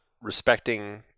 respecting